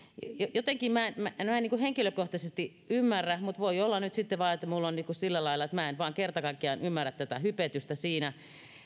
jotenkin minä en henkilökohtaisesti ymmärrä mutta voi olla nyt sitten vain että minulla on sillä lailla että minä en vain kerta kaikkiaan ymmärrä tätä hypetystä siinä